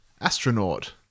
astronaut